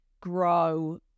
grow